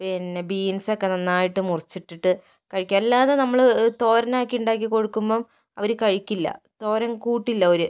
പിന്നെ ബീന്സ് ഒക്കെ നന്നായിട്ട് മുറിച്ചിട്ടിട്ട് കഴിക്കാം അല്ലാതെ നമ്മള് തോരനാക്കി ഉണ്ടാക്കി കൊടുക്കുമ്പം അവര് കഴിക്കില്ല തോരന് കൂട്ടില്ല അവര്